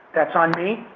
that's on me,